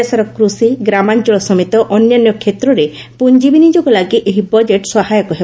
ଦେଶର କୃଷି ଗ୍ରାମାଞ୍ଚଳ ସମେତ ଅନ୍ୟାନ୍ୟ କ୍ଷେତ୍ରରେ ପୁଞ୍ଜି ବିନିଯୋଗ ଲାଗି ଏହି ବଜେଟ୍ ସହାୟକ ହେବ